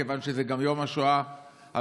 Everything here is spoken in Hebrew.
כיוון שזה גם יום השואה הבין-לאומי,